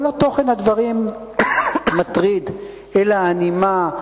אבל לא תוכן הדברים מטריד אלא הנימה,